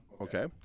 Okay